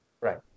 Right